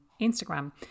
Instagram